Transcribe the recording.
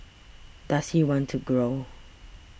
does he want to grow